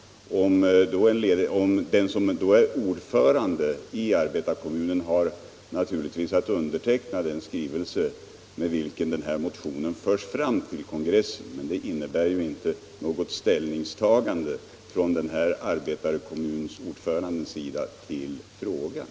Den som då är ordförande i arbetarkommunen har naturligtvis att underteckna den skrivelse med vilken en motion förs fram till kongressen. Det innebär ju inte något ställningstagande från arbetarkommunordförandens sida till frågan.